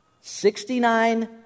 Sixty-nine